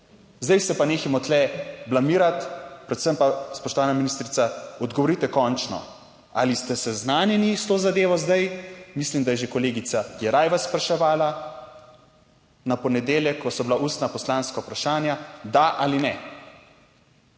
Zdaj se pa nehajmo tu blamirati, predvsem pa, spoštovana ministrica, odgovorite končno, ali ste seznanjeni s to zadevo zdaj? Mislim, da je že kolegica Jeraj vas spraševala, na ponedeljek, ko so bila ustna poslanska vprašanja, da ali ne.